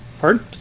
Pardon